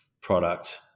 product